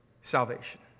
salvation